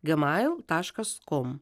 gmail taškas com